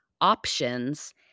options